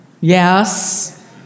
Yes